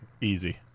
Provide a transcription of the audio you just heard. Easy